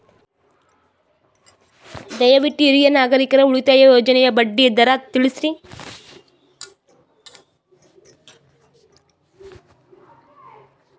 ದಯವಿಟ್ಟು ಹಿರಿಯ ನಾಗರಿಕರ ಉಳಿತಾಯ ಯೋಜನೆಯ ಬಡ್ಡಿ ದರ ತಿಳಸ್ರಿ